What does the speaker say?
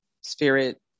spirit